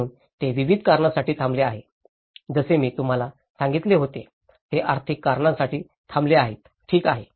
म्हणून ते विविध कारणांसाठी थांबले आहेत जसे मी तुम्हाला सांगितले होते ते आर्थिक कारणांसाठी थांबले आहेत ठीक आहे